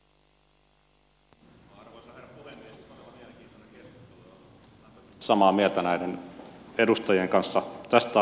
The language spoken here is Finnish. todella mielenkiintoinen keskustelu ja olen samaa mieltä näiden edustajien kanssa tästä asiasta